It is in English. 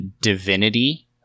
Divinity